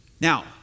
Now